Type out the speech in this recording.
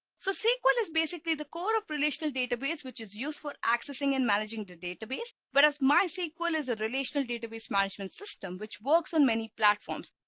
so sql is basically the core of relational database which is used for accessing and managing the database. but as my sql is a relational database. iseman system which works on many platforms.